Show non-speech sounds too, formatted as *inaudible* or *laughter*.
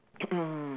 *coughs*